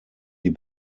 die